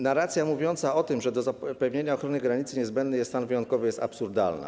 Narracja mówiąca o tym, że do zapewnienia ochrony granicy niezbędny jest stan wyjątkowy, jest absurdalna.